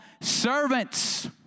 servants